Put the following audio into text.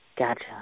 Gotcha